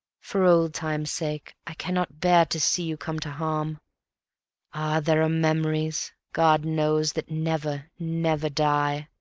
for old times' sake i cannot bear to see you come to harm ah! there are memories, god knows, that never, never die.